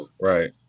Right